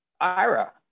Ira